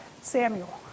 Samuel